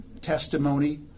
testimony